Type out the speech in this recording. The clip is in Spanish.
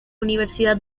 universidad